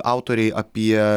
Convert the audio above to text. autoriai apie